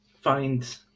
find